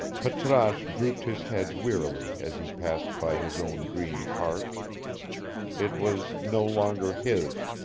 patrasche drooped his head wearily as he passed by his own green cart it was no longer his